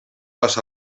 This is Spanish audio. las